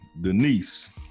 Denise